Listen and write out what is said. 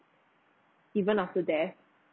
even after death